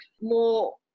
more